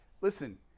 Listen